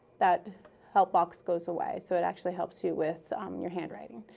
that help box goes away. so it actually helps you with your handwriting.